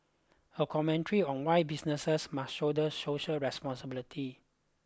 a commentary on why businesses must shoulder social responsibility